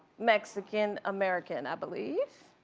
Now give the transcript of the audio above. mexican american, i believe.